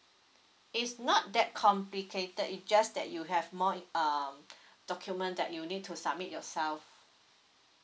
it's not that complicated it just that you have more um document that you need to submit yourself